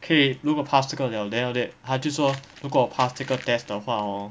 可以如果 pass 这个 liao then after that 她就说如果 pass 这个 test 的话 hor